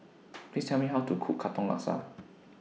Please Tell Me How to Cook Katong Laksa